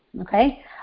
okay